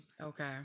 Okay